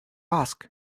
ask